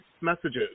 messages